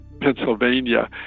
Pennsylvania